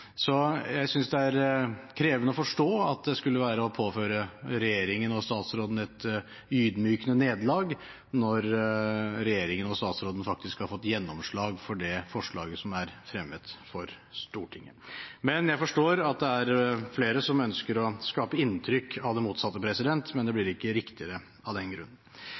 Så jeg synes det er krevende å forstå at det skulle være å påføre regjeringen og statsråden et ydmykende nederlag når regjeringen og statsråden faktisk har fått gjennomslag for det forslaget som er fremmet for Stortinget. Men jeg forstår at det er flere som ønsker å skape inntrykk av det motsatte, men det blir ikke riktigere av den grunn.